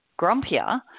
grumpier